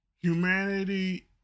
humanity